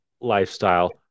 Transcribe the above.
lifestyle